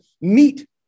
meet